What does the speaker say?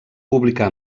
publicà